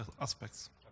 aspects